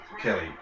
Kelly